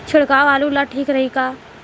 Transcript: छिड़काव आलू ला ठीक रही का?